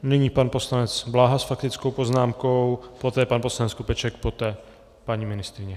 Nyní pan poslanec Bláha s faktickou poznámkou, poté pan poslanec Skopeček, poté paní ministryně.